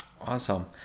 awesome